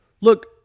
look